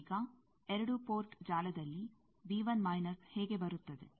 ಈಗ 2 ಪೋರ್ಟ್ ಜಾಲದಲ್ಲಿ ಹೇಗೆ ಬರುತ್ತದೆ